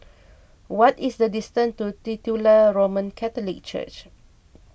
what is the distance to Titular Roman Catholic Church